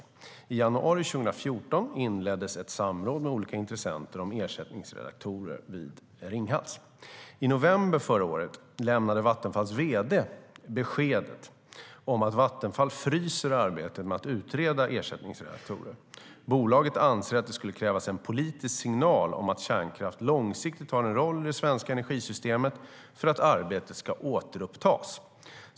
I januari 2014 inleddes ett samråd med olika intressenter om ersättningsreaktorer vid Ringhals.I november förra året lämnade Vattenfalls vd besked om att Vattenfall fryser arbetet med att utreda ersättningsreaktorer. Bolaget anser att det skulle krävas en politisk signal om att kärnkraft långsiktigt har en roll i det svenska energisystemet för att arbetet ska återupptas.